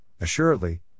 assuredly